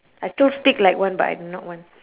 I still speak like one but I'm not one